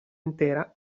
intera